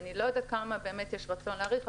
אבל אני לא יודעת כמה באמת יש רצון להאריך.